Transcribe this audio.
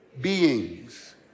beings